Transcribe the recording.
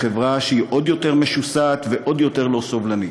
בחברה שהיא עוד יותר משוסעת ועוד יותר לא סובלנית.